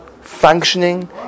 functioning